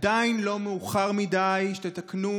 עדיין לא מאוחר מדי שתתקנו